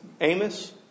Amos